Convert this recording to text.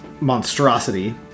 monstrosity